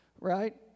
Right